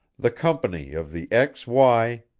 the company of the x y,